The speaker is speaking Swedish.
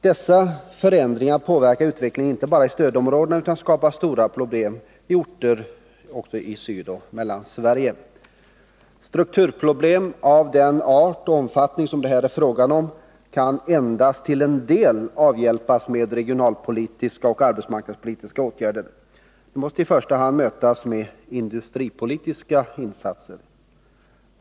Dessa förändringar påverkar utvecklingen inte bara i stödområdena utan skapar stora problem också i orter i Sydoch Mellansverige. Strukturproblem av den art och omfattning som det här är fråga om kan endast till en del avhjälpas med regionalpolitiska och arbetsmarknadspolitiska åtgärder. De måste i första hand mötas med industripolitiska insatser.